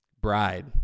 Bride